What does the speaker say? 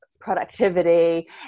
productivity